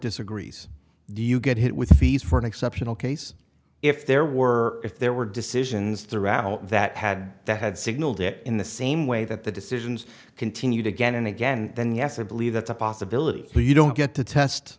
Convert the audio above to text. disagrees do you get hit with fees for an exceptional case if there were if there were decisions throughout that had that had signalled it in the same way that the decisions continued again and again then yes i believe that's a possibility but you don't get to test